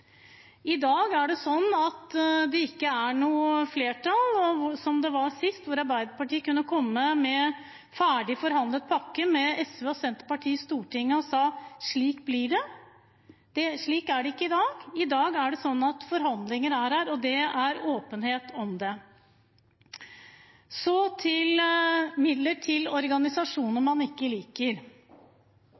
I dag er det ikke noe flertall, som det var sist, da Arbeiderpartiet kunne komme med en ferdigforhandlet – med SV og Senterpartiet – pakke til Stortinget og si: Slik blir det. Slik er det ikke i dag. I dag er det forhandlinger, og det er åpenhet om det. Så til midler til organisasjoner man ikke liker: